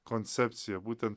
koncepciją būten